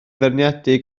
feirniadu